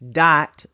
dot